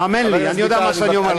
האמן לי, אני יודע מה שאני אומר לך.